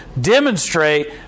demonstrate